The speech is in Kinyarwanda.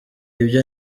ibyo